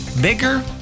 bigger